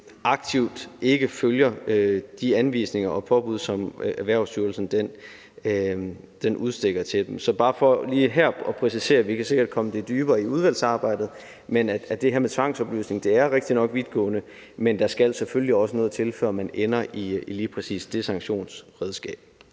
aktivt ikke følger de anvisninger og påbud, som Erhvervsstyrelsen udstikker til en. Det er bare for lige her at præcisere. Vi kan sikkert komme det nærmere i udvalgsarbejdet. Men det her med tvangsopløsning er rigtigt nok vidtgående, men der skal selvfølgelig også noget til, før man ender i lige præcis det sanktionsredskab.